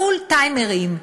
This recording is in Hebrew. הפול-טיימרים,